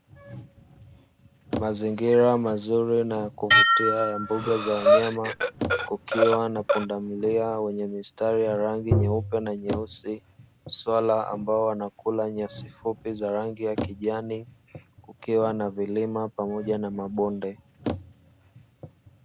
Mazingira mazuri na ya kuvutia ya mbuga za wanyama kukiwa na pundamilia wenye mistari ya rangi nyeupe na nyeusi, swala ambao wanakula nyasi fupi za rangi ya kijani, kukiwa na vilima pamoja na mabonde.